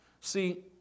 See